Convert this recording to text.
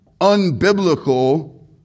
unbiblical